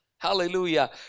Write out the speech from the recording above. Hallelujah